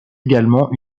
également